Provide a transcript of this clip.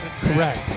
Correct